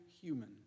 human